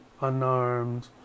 unarmed